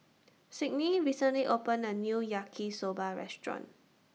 Sydney recently opened A New Yaki Soba Restaurant